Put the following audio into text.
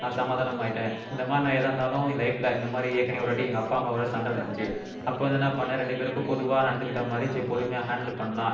சமாதானமாயிட்டேன் இந்தமாதிரி நான் ஏதா இருந்தாலும் என் லைஃபில் இந்த மாதிரி ஏற்கனவே ஒருவாட்டி எங்கள் அப்பா அம்மாவோடு சண்டை நடந்துச்சு அப்போது வந்து என்ன பண்ணிணேன் ரெண்டு பேருக்கும் பொதுவாக நடந்துகிட்ட மாதிரி சரி பொறுமையாக ஹேண்டில் பண்ணலாம்